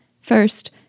First